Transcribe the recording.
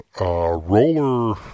roller